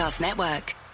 Network